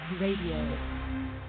Radio